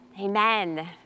Amen